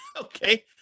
Okay